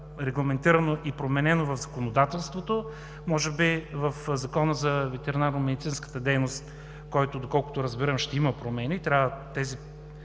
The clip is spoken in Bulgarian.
регламентирано и променено в законодателството. Може би в Закона за ветеринарномедицинската дейност, който доколкото разбирам ще има промени.